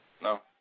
No